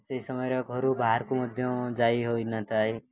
ସେହି ସମୟରେ ଘରୁ ବାହାରକୁ ମଧ୍ୟ ଯାଇ ହୋଇନଥାଏ